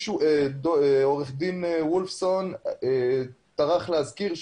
עו"ד וולפסון טרח להזכיר,